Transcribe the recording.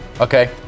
Okay